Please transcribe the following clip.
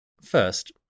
First